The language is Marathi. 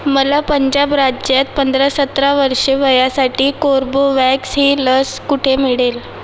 मला पंजाब राज्यात पंधरा सतरा वर्षे वयासाठी कोर्बोवॅक्स ही लस कुठे मिळेल